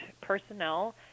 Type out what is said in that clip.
personnel